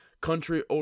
country